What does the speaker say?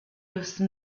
those